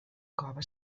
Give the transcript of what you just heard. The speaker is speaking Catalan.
cova